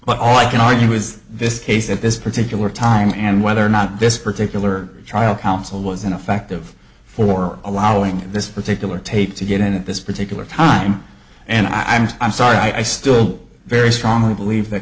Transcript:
but all i can argue is this case at this particular time and whether or not this particular trial counsel was ineffective for allowing this particular tape to get in at this particular time and i'm just i'm sorry i still very strongly believe th